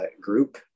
group